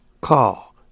Call